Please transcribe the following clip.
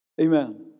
Amen